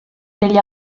degli